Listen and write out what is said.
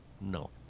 No